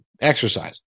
exercise